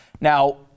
Now